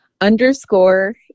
underscore